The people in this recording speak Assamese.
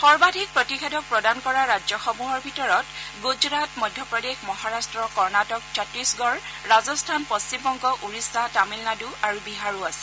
সৰ্বাধিক প্ৰতিষেধক প্ৰদান কৰা ৰাজ্যসমূহৰ ভিতৰত গুজৰাট মধ্যপ্ৰদেশ মহাৰাট্ট কৰ্ণাটক ছত্তিশগড় ৰাজস্থান পশ্চিমবংগ ওডিশা তামিলনাডু আৰু বিহাৰো আছে